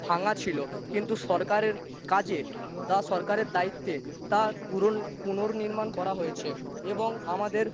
ভাঙ্গা ছিল কিন্তু সরকারের কাজে বা সরকারের দায়িত্বে তার পুনর্নিমাণ করা হয়েছে এবং আমাদের